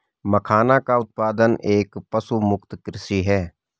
मखाना का उत्पादन एक पशुमुक्त कृषि है